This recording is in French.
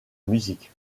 musique